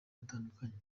hatandukanye